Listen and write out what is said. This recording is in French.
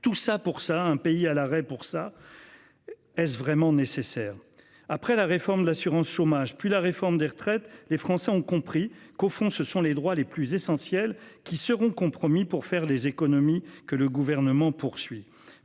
tout ça pour ça. Un pays à l'arrêt pour ça. Est-ce vraiment nécessaire après la réforme de l'assurance chômage. Puis la réforme des retraites, les Français ont compris qu'au fond ce sont les droits les plus essentiels qui seront compromis pour faire des économies que le gouvernement poursuit